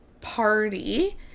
party